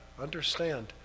Understand